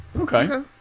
Okay